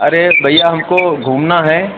अरे भैया हमको घूमना है